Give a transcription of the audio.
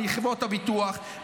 מחברות הביטוח,